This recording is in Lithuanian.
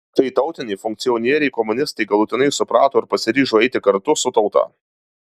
kai tautiniai funkcionieriai komunistai galutinai suprato ir pasiryžo eiti kartu su tauta